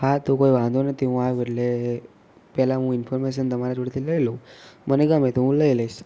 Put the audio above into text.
હા તો કોઈ વાંધો નથી હું આવું એટલે પહેલાં હું ઇન્ફોર્મેશન તમારા જોડેથી લઈ લઉં મને ગમે તો હું લઈ લઈશ